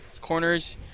corners